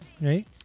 right